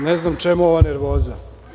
Ne znam čemu ova nervoza?